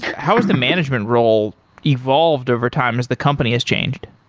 how is the management role evolved over time as the company has changed?